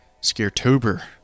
Scaretober